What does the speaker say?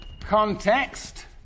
context